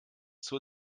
zur